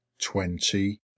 Twenty